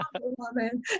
woman